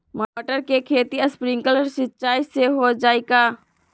मटर के खेती स्प्रिंकलर सिंचाई से हो जाई का?